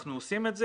ואנחנו עושים את זה.